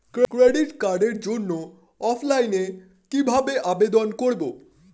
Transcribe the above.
Credit কার্ডের জন্য অফলাইনে কিভাবে আবেদন করব?